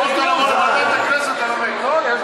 בטח שיש דיון, איזו שאלה.